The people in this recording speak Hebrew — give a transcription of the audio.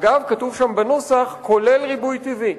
אגב, כתוב שם בנוסח: כולל ריבוי טבעי.